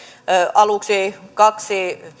aluksi kaksi